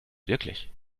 wirklich